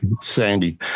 Sandy